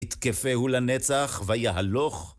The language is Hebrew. יתקפהו לנצח, ויהלוך.